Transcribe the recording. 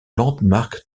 landmark